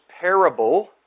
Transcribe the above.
parable